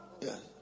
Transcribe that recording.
Yes